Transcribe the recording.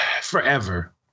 forever